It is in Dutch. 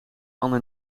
anne